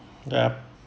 ya